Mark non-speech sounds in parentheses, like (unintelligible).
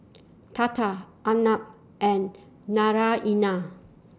Tata Arnab and (unintelligible)